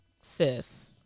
sis